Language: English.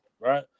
right